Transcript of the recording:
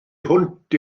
hwnt